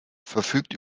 verfügt